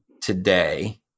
today